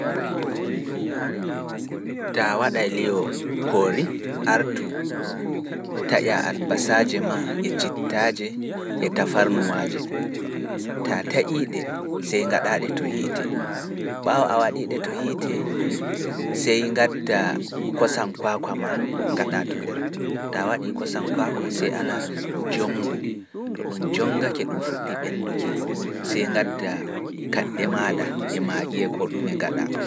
Taa waɗa e liyo koori artu taƴa albasaaje maa e cittaaji e tafarnuwaaji, taa taƴii ɗe sey ngaɗa ɗe to hiite, ɓaawo a waɗii ɗe to hiite sey ngadda kosam kwaakwa maa ngaɗa to nder, taa waɗii kosam kwaakwa sey alaa ɗum jonngo, to ɗum jonngake ɗum fuɗɗi ɓenduki see ngadda kaɗi e maaɗa e maajiyee ko ɗume gaɗa.